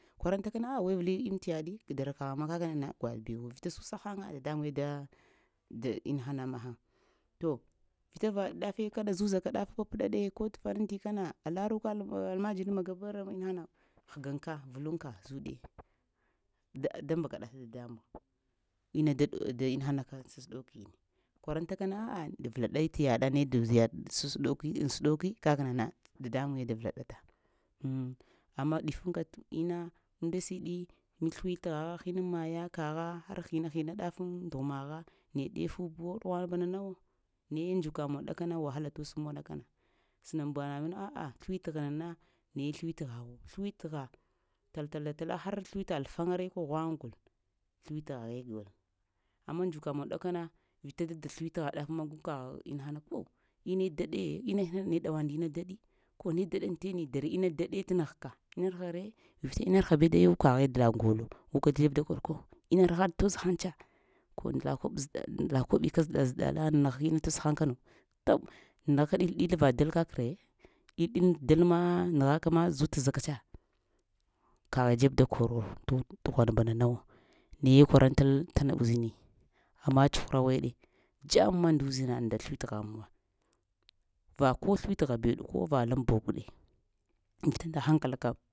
Kwarantakana a'a we vəli inna ti yaɗi dara kaghma kakna gwaɗ bewo vita skwiɗ sa haŋa dadambuŋwe da da ina hana to, vita va ɗafe kana zuzaka daf ko pəpɗaɗe tə faraŋti kana alani ka almajiri maga bara kana həganka vulunka zuɗe da mbakaɗata dadambuŋ ina da-da inahanaka aŋ səsɗokini kwarantakana a'a vəlaɗai təyaɗa ne doz yaɗ səsɗoki aŋ sasɗoki kaknana dadambuŋe da vəlaɗata, amma difuŋka təinna unnd siɗi li sləwitghagha hinaŋ maya kagna har hina-hina ɗaf aŋ dughumagha neɗe fubuwo ɗughwanb nanawu, naye dzuka muwa kaɗakana wahala tos muwa ɗakana sənaŋ bna ah sləwitgha nana naye sləwitgha, sləwitgha tal-tala-tala har sləwitgha alfaŋare ko ghwaŋa gol sləwitghaghe gol amma dzukanuwa ɗakana kana vita dada sləwitghargh dafa, mog kagh inna ko inne daɗe, inahana ne ɗawaŋaɗ nda ina daɗi ko ne daɗ aŋtene, dari inna daɗe tə nəghka, inarha re, vita inarha be dayu kaghe dada ŋgolo, guka dzeb da kor ko innarhaɗa toz hən tsa ko la kob, la koɓi ka zəɗal-zəɗala nəgha ba inna toz həŋ kano, taɓ nanəghaka ɗil-ɗil va dal kakre ɗil-dilunda dalo ma nəghakama zuta-zə ka tsa, kaghe dzeb da koro to ɗughwan nana buwo naye kwarantal təna uzini amma tsuhura weɗe, jamma nda uzina sləwitghaa muwa va ko sləwitgha beɗuwo ko va lay ɓog ɗe iŋ vita nda hankal kam.